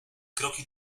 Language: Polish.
kroki